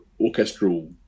orchestral